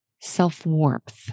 self-warmth